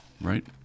right